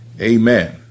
Amen